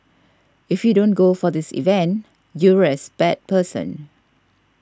if you don't go for this event you're as bad person